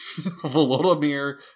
Volodymyr